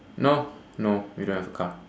no no we don't have a car